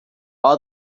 all